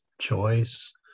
choice